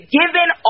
given